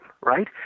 right